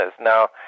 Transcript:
Now